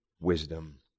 wisdom